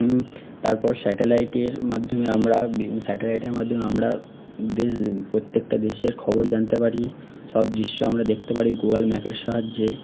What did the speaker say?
তারপর স্যাটেলাইটের মাধ্যমে আমরা স্যাটেলাইটের মাধ্যমে আমরা প্রত্যেকটা দেশের খবর জানতে পারি সব দৃশ্য আমরা দেখতে পারি গুগল ম্যাপের সাহায্যে